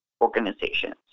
organizations